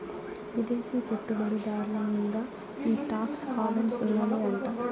విదేశీ పెట్టుబడి దార్ల మీంద ఈ టాక్స్ హావెన్ సున్ననే అంట